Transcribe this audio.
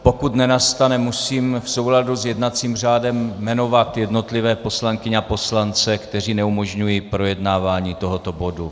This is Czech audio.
Pokud nenastane, musím v souladu s jednacím řádem jmenovat jednotlivé poslankyně a poslance, kteří neumožňují projednávání tohoto bodu.